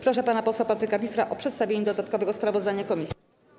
Proszę pana posła Patryka Wichra o przedstawienie dodatkowego sprawozdania komisji.